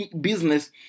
business